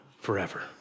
forever